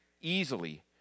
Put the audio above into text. easily